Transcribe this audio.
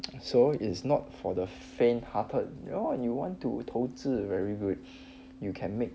so is not for the faint hearted you know you want to 投资 very good you can make